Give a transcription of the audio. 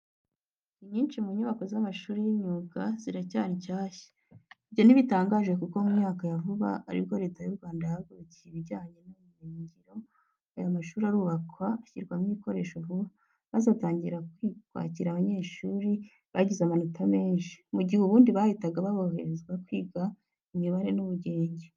Inyinshi mu nyubako z'amashuri y'imyuga ziracyari nshyashya. Ibyo ntibitangaje kuko mu myaka ya vuba ari bwo Leta y'u Rwanda yahagurukiye ibijyanye n'ubumenyingiro, aya mashuri arubakwa, ashyirwamo ibikoresho vuba, maze atangira kwakira abanyeshuri bagize amanota menshi, mu gihe ubundi bahitaga boherezwa kwiga imibare n'ubugenge.